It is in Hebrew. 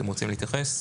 אתם רוצים להתייחס?